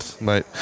mate